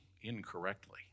incorrectly